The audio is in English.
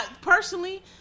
Personally